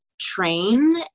train